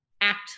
act